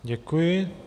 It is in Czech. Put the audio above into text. Děkuji.